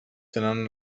tenen